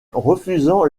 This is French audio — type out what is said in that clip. refusant